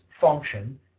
function